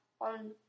on